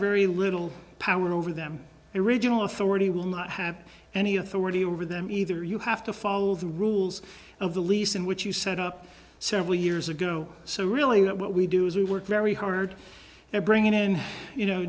very little power over them original authority will not have any authority over them either you have to follow the rules of the lease in which you set up several years ago so really what we do is we work very hard to bring in you know